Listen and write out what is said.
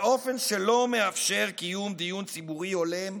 באופן שלא מאפשר קיום דיון ציבורי הולם בסוגיה.